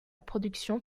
production